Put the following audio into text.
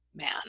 man